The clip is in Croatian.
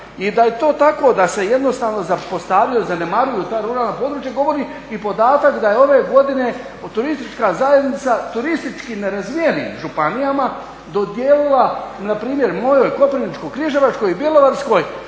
I da je to tako, da se jednostavno zapostavljaju, zanemaruju ta ruralna područja govori i podatak da je ove godine Turistička zajednica turistički nerazvijenim županijama dodijelila npr. mojoj Koprivničko-križevačkoj i Bjelovarskoj